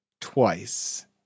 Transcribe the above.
twice